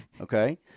okay